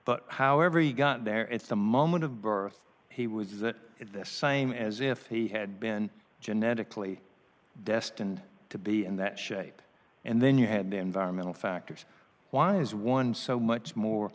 but however he got there it's the moment of birth he was that this same as if he had been genetically destined to be in that shape and then you had the environmental factors why is one so much more